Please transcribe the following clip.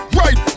right